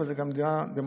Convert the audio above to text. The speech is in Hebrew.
אבל זו גם מדינה דמוקרטית.